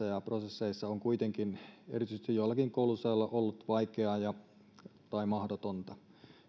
ja prosesseissa on kuitenkin erityisesti joillakin koulutusaloilla ollut vaikeaa tai mahdotonta